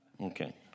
Okay